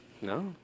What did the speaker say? No